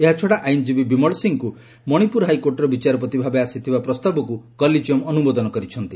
ଏତଦ୍ବ୍ୟତୀତ ଆଇନଜୀବୀ ବିମଳ ସିଂହଙ୍କୁ ମଣିପୁର ହାଇକୋର୍ଟର ବିଚାରପତି ଭାବେ ଆସିଥିବା ପ୍ରସ୍ତାବକ୍ କଲିଜିୟମ୍ ଅନୁମୋଦନ କରିଛନ୍ତି